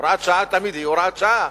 הוראת שעה תמיד היא הוראת שעה,